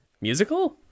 Musical